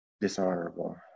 dishonorable